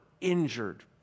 injured